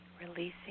releasing